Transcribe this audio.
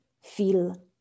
feel